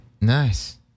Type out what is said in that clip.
Nice